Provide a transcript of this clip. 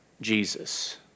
Jesus